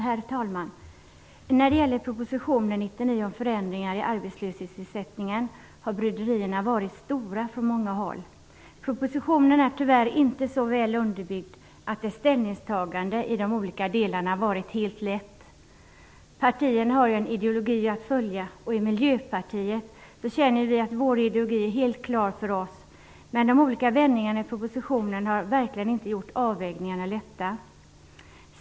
Herr talman! När det gäller proposition 1994/95:99 om förändringar i arbetslöshetsersättningen har bryderierna varit stora från många håll. Propositionen är tyvärr inte så väl underbyggd att det har varit helt lätt att ta ställning i de olika delarna. Partierna har ju en ideologi att följa, och i Miljöpartiet känner vi att vår ideologi är helt klar för oss. Men de olika vändningarna i propositionen har verkligen inte underlättat avvägningarna.